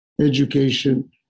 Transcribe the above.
education